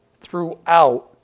throughout